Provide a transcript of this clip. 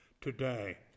today